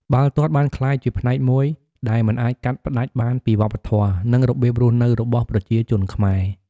បាល់ទាត់បានក្លាយជាផ្នែកមួយដែលមិនអាចកាត់ផ្តាច់បានពីវប្បធម៌ និងរបៀបរស់នៅរបស់ប្រជាជនខ្មែរ។